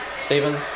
Stephen